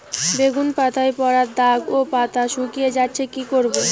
বেগুন পাতায় পড়া দাগ ও পাতা শুকিয়ে যাচ্ছে কি করব?